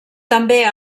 també